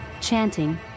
chanting